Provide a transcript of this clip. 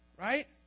Right